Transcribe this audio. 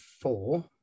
four